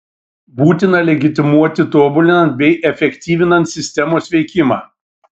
būtina legitimuoti tobulinant bei efektyvinant sistemos veikimą